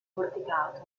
porticato